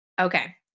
Okay